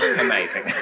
Amazing